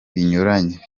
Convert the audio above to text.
binyuranye